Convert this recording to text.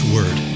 Word